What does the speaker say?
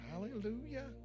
hallelujah